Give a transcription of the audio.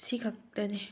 ꯁꯤꯈꯛꯇꯅꯦ